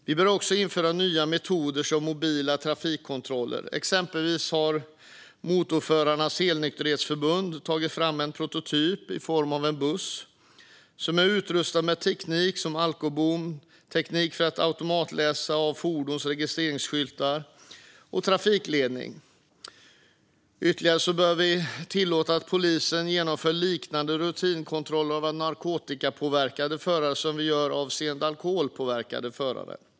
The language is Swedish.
Vi bör införa nya metoder, som mobila trafikkontroller. Exempelvis har Motorförarnas Helnykterhetsförbund tagit fram en prototyp i form av en buss som är utrustad med alkobom, teknik för att automatiskt läsa av fordons registreringsskyltar och trafikledning. Och vi bör tillåta att polisen genomför liknande rutinkontroller av narkotikapåverkade förare som avseende alkoholpåverkade förare.